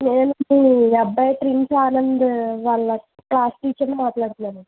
నేను మీ అబ్బాయి ప్రిన్స్ ఆనంద్ వాళ్ళ క్లాస్ టీచర్ని మాట్లాడుతున్నానండి